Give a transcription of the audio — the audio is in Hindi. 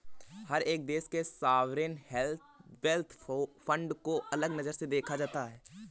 हर एक देश के सॉवरेन वेल्थ फंड को अलग नजर से देखा जाता है